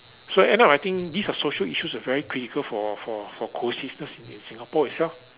so end up I think these are social issues are very critical for for for cohesiveness in Singapore itself